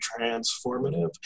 transformative